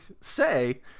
say